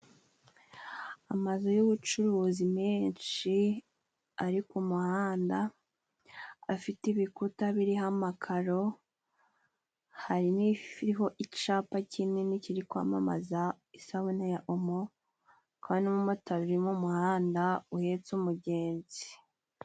Amazu y'ubucuruzi menshi, ari ku muhanda, afite ibikuta biriho amakaro, hari n'ifi iriho icapa kinini kiri kwamamaza isabune ya omo, hari n'umumotari uri mu muhanda uhetse umugenzi.